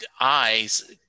eyes